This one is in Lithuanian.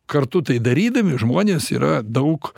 kartu tai darydami žmonės yra daug